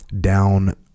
down